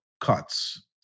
cuts